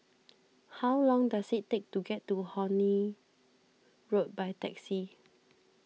how long does it take to get to Horne Road by taxi